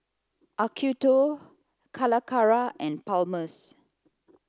Acuto Calacara and Palmer's